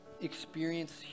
experience